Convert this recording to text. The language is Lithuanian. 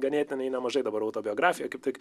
ganėtinai nemažai dabar autobiografiją kaip tik